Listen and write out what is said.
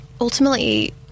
ultimately